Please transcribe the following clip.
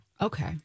Okay